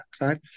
right